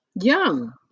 young